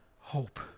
hope